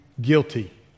guilty